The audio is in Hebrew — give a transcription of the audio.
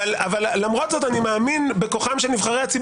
אולי תעצור את זה.